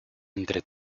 entre